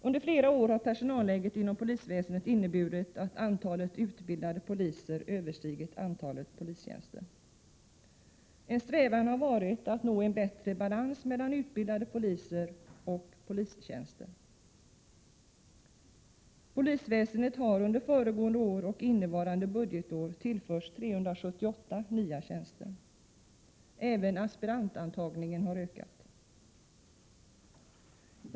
Under flera år har personalläget inom polisväsendet inneburit att antalet utbildade poliser överstigit antalet polistjänster. En strävan har varit att nå en bättre balans mellan utbildade poliser och polistjänster. Polisväsendet har under föregående och innevarande budgetår tillförts 378 nya tjänster. Även aspirantantagningen har ökat.